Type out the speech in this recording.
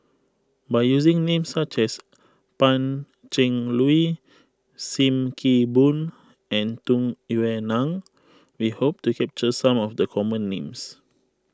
by using names such as Pan Cheng Lui Sim Kee Boon and Tung Yue Nang we hope to capture some of the common names